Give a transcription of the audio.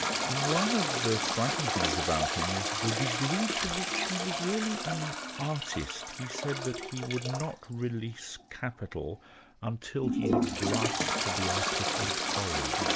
one of the striking things about him is the degree to which he was really an artist. he said that he would not release kapital until he had grasped the artistic whole.